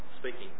speaking